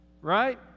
Right